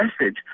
message